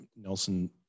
Nelson